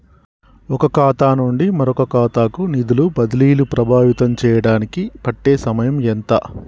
ఒక ఖాతా నుండి మరొక ఖాతా కు నిధులు బదిలీలు ప్రభావితం చేయటానికి పట్టే సమయం ఎంత?